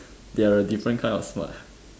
they are a different kind of smart